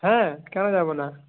হ্যাঁ কেন যাবো না